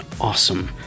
awesome